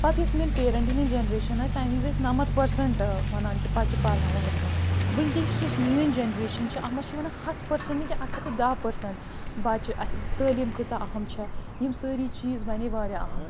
پتہٕ یۄس میٛٲنۍ پیریٚنٛٹَن ہنٛز جنریشَن آیہِ تَمہِ وزۍ ٲسۍ نمَتھ پٔرسنٛٹ ٲں ونان کہِ بچہِ پرناوہون لیٚکھناوہون وُنٛکیٚس یۄس میٛٲنۍ جنریشَن چھِ اَتھ منٛز چھِ ونان ہَتھ پٔرسنٛٹ نہٕ کیٚنٛہہ اَکھ ہَتھ تہٕ دَہ پٔرسنٛٹ بچہِ اسہِ تٔعلیٖم کۭژاہ أہم چھِ یِم سٲری چیٖز بنے واریاہ أہم